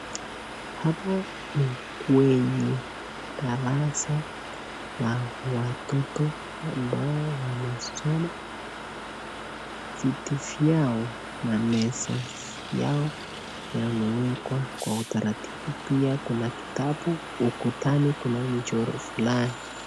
Hapa ni kwenye darasa la watoto ambao wanasoma, viti vyao na meza yao yamewekwa kwa utaratibu ,pia kuna kitabu ukutani Kuna mchoro fulani.